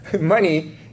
money